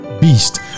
beast